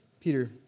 Peter